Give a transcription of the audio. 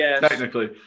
Technically